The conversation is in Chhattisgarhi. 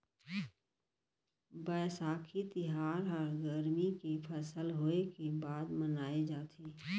बयसाखी तिहार ह गरमी के फसल होय के बाद मनाए जाथे